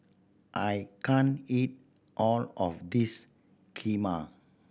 I can't eat all of this Kheema